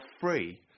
free